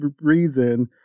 reason